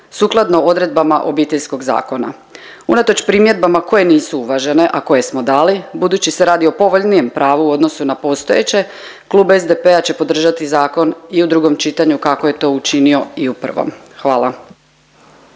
sukladno odredbama Obiteljskog zakona. Unatoč primjedbama koje nisu uvažene, a koje smo dali budući se radi o povoljnijem pravu u odnosu na postojeće, klub SDP-a će podržati zakon i u drugom čitanju kako je to učinio i u prvom. Hvala.